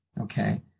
okay